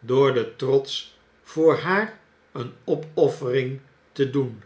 door den trots voor haar een opoffering te doen